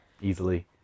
easily